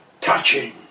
touching